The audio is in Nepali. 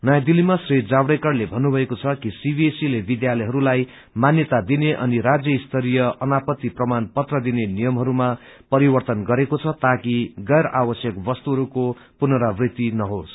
नयाँ दिललीमा श्री जावडेकरले भन्नुभएको छ कि सीबीएसई ले विध्यालयहरूलाई मान्यता दिने अनि राजयस्तरीय अनापत्ति प्रमाण पत्र दिने नियमहरूमा परिववन गरेको छ ताकि गैर आवश्यक वस्तुहरूको पुनरावृत्ति नहोस